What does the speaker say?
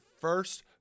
first